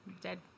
dead